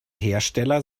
hersteller